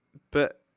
but,